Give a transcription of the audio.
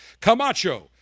Camacho